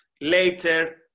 later